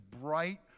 bright